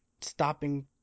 stopping